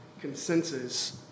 consensus